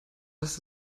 heißt